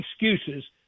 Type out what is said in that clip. excuses